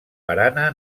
barana